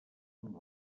amb